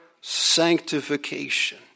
sanctification